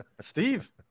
Steve